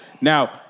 Now